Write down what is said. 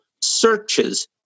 searches